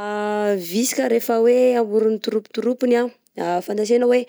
A visika rehefa hoe amorony troupe troupe-ny a fantantsena hoe